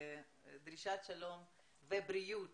דרישת שלום ובריאות.